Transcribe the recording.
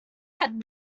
had